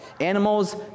Animals